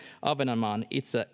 ahvenanmaan